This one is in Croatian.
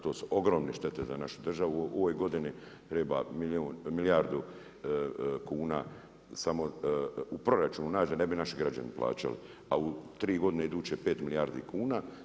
To su ogromne štete za našu državu u ovoj godini, treba milijardu kuna samo u proračunu nađe, ne bi naši građani plaćali, a u 3 godine iduće 5 milijardi kuna.